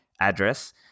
address